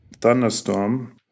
thunderstorm